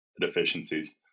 deficiencies